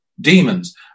demons